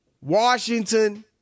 Washington